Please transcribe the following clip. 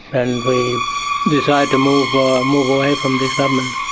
and we decided to move ah move away from this government.